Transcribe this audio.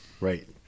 Right